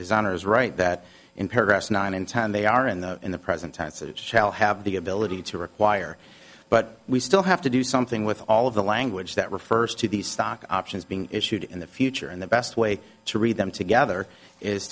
is honors write that in paragraphs nine and ten they are in the in the present tense it shall have the ability to require but we still have to do something with all of the language that refers to these stock options being issued in the future and the best way to read them together is